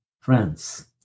France